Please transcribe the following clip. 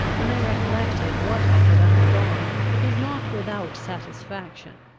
when i recollected what i had undergone, it was not without satisfaction,